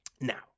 Now